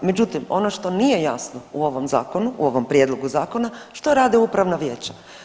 Međutim, ono što nije jasno u ovom Zakonu, u ovom prijedlogu Zakona, što rade upravna vijeća?